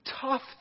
tough